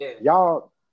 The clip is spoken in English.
y'all